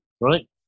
right